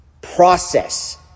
process